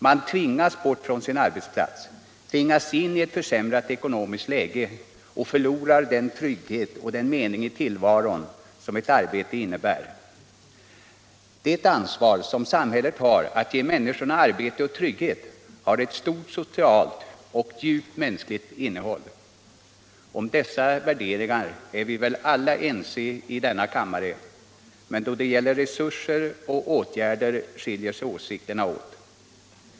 Man tvingas bort från sin arbetsplats, tvingas in i ett försämrat ekonomiskt läge och förlorar den trygghet och den mening i tillvaron som ett arbete innebär. Samhällets ansvar att ge människorna arbete och trygghet har ett stort socialt och djupt mänskligt innehåll. Om dessa värderingar är vi väl alla ense i denna kammare, men då det gäller resurser och åtgärder skiljer sig åsikterna.